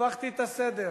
הפכתי את הסדר.